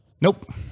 nope